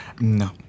No